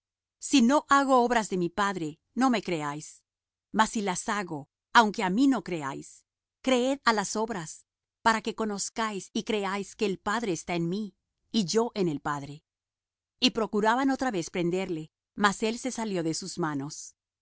si no hago obras de mi padre no me creáis mas si las hago aunque á mí no creáis creed á las obras para que conozcáis y creáis que el padre está en mí y yo en el padre y procuraban otra vez prenderle mas él se salió de sus manos